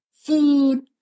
food